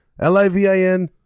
L-I-V-I-N